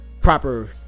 proper